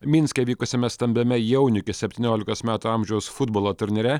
minske vykusiame stambiame jaunių iki septyniolikos metų amžiaus futbolo turnyre